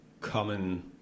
common